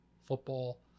football